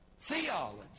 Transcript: theology